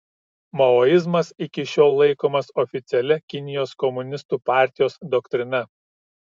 maoizmas iki šiol laikomas oficialia kinijos komunistų partijos doktrina